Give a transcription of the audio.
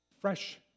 fresh